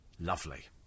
Lovely